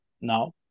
now